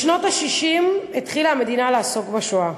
בשנות ה-60 התחילה המדינה לעסוק בשואה.